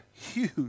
huge